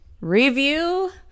review